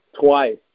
twice